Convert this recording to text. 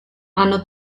hanno